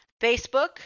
Facebook